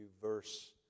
verse